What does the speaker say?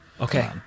Okay